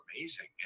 amazing